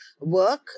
work